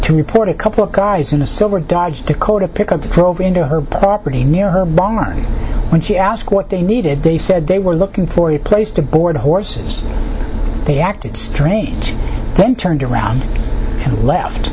report a couple of guys in a silver dodge dakota pickup a crow over into her property near her barn when she asked what they needed they said they were looking for a place to board horses they acted strange then turned around and left